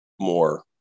more